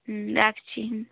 হুম রাখছি হুম